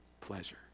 pleasure